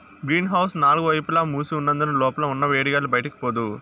green house నాలుగు వైపులా మూసి ఉన్నందున లోపల ఉన్న వేడిగాలి బయటికి పోదు